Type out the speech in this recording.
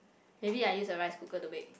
maybe I use the rice cooker to bake